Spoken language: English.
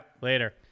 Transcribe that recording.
later